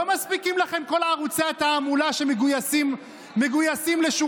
לא מספיקים לכם כל ערוצי התעמולה שמגויסים לשורותיכם,